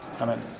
Amen